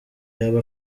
yaba